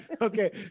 Okay